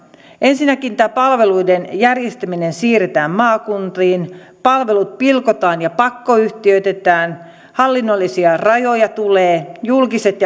ensinnäkin tämä palveluiden järjestäminen siirretään maakuntiin palvelut pilkotaan ja pakkoyhtiöitetään hallinnollisia rajoja tulee julkiset